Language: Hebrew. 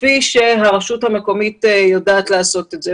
כפי שהרשות המקומית יודעת לעשות זאת.